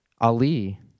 Ali